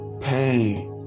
pain